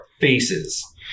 faces